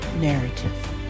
narrative